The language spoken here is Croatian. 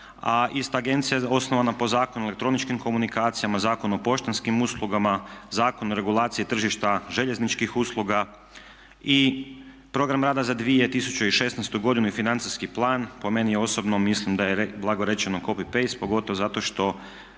ista agencija osnova po Zakon o elektroničkim komunikacijama, Zakonu o poštanskim uslugama, Zakonu o regulaciji tržišta željezničkih usluga i program rada za 2016. godinu i financijski plan po meni osobno mislim da je blago rečeno copy paste pogotovo zato što